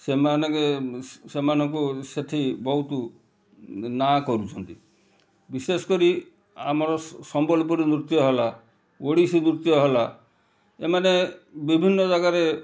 ସେମାନଙ୍କୁ ସେଠି ବହୁତ ନାଁ କରୁଛନ୍ତି ବିଶେଷ କରି ଆମର ସମ୍ବଲପୁର ନୃତ୍ୟ ହେଲା ଓଡ଼ିଶୀ ନୃତ୍ୟ ହେଲା ଏମାନେ ବିଭିନ୍ନ ଜାଗାରେ